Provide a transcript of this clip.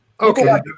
Okay